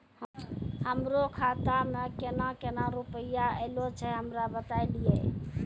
हमरो खाता मे केना केना रुपैया ऐलो छै? हमरा बताय लियै?